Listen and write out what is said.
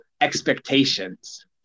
expectations